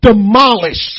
demolish